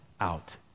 out